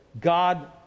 God